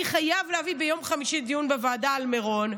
אני חייב ביום חמישי להביא לוועדה דיון על מירון.